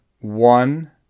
one